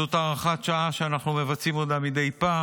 זאת הארכת שעה שאנחנו מבצעים מדי פעם.